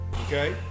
Okay